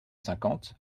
cinquante